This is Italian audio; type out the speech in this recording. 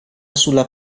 sulla